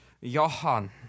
Johan